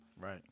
Right